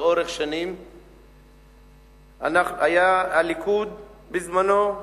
לאורך שנים, היה הליכוד בזמנו,